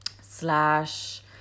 slash